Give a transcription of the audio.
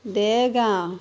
Dergaon